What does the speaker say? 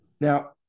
Now